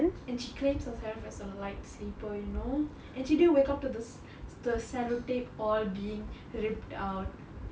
and she claims she was a light sleeper you know and she didn't wake up to this the cellotape all being ripped out